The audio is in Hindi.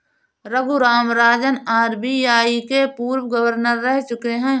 रघुराम राजन आर.बी.आई के पूर्व गवर्नर रह चुके हैं